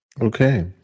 Okay